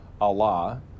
Allah